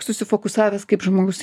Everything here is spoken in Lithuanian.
susifokusavęs kaip žmogus